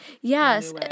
Yes